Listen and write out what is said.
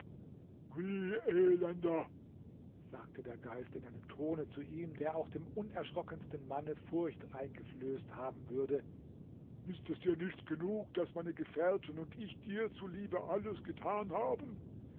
sagte der geist in einem tone zu ihm der auch dem unerschrockensten manne furcht eingeflößt haben würde ist es dir nicht genug daß meine gefährten und ich dir zuliebe alles getan haben